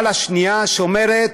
באלה שנייה שאומרת: